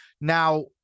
Now